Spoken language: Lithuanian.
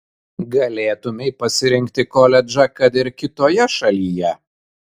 galėtumei pasirinkti koledžą kad ir kitoje šalyje